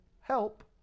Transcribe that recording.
help